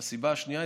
הסיבה השנייה,